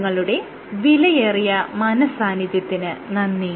നിങ്ങളുടെ വിലയേറിയ മനഃസാന്നിധ്യത്തിന് നന്ദി